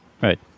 Right